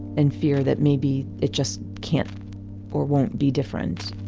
and fear that maybe it just can't or won't be different